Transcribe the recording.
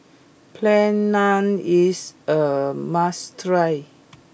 Plain Naan is a must try